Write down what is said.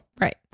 Right